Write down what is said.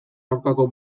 aurkako